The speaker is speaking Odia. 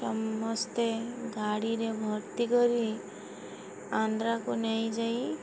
ସମସ୍ତେ ଗାଡ଼ିରେ ଭର୍ତ୍ତି କରି ଆନ୍ଧ୍ରାକୁ ନେଇଯାଇ